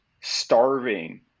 starving